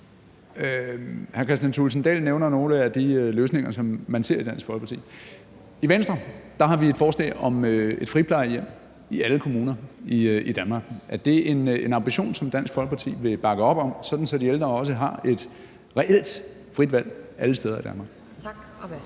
Hr. Kristian Thulesen Dahl nævner nogle af de løsninger, som man ser for sig i Dansk Folkeparti. I Venstre har vi et forslag om et friplejehjem i alle kommuner i Danmark. Er det en ambition, som Dansk Folkeparti vil bakke op om, sådan at de ældre også har et reelt frit valg alle steder i Danmark? Kl.